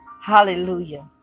hallelujah